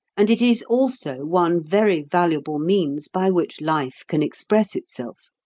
and it is also one very valuable means by which life can express itself.